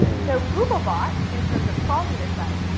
so googlebot, in terms of crawling your site,